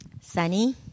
Sunny